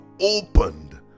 opened